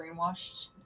brainwashed